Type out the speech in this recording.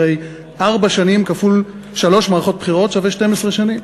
הרי ארבע שנים כפול שלוש מערכות בחירות שווה 12 שנים.